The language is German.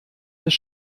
des